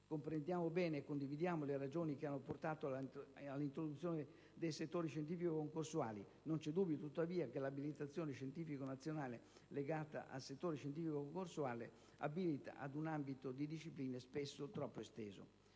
Comprendiamo bene e condividiamo le ragioni che hanno portato all'introduzione dei settori scientifico-concorsuali. Non c'è dubbio tuttavia che l'abilitazione scientifica nazionale legata al settore scientifico-concorsuale abilita ad un ambito di discipline spesso troppo esteso.